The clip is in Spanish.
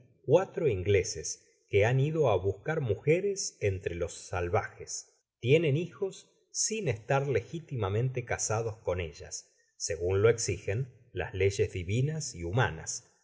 cuatro ingleses que han ido á buscar mujeres entre los salvajes tienen hijos sin estar legitimamente casados con ellas segun lo exijen las leyes divinas y humanas